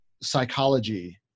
psychology